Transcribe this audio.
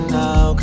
now